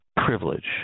privilege